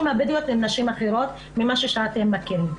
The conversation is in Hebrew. הבדואיות הן נשים אחרות ממה שאתם מכירים.